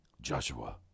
Joshua